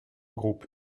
groupe